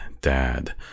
dad